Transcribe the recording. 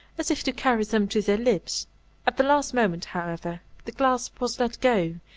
as if to carry them to their lips at the last moment, however, the clasp was let go,